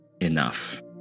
enough